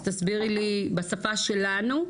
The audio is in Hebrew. תסבירי לי בשפה שלנו,